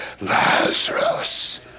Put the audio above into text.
Lazarus